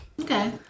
Okay